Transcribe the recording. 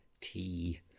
tea